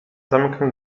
zamykam